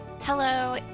Hello